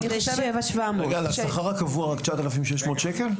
רגע, על השכר הקבוע רק 9,600 שקל?